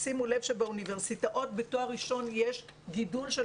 שימו לב שבאוניברסיטאות בתואר ראשון יש גידול של